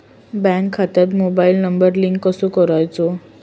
Bank खात्यात mobile number link कसो करायचो?